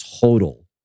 total